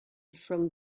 from